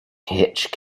hitch